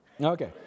Okay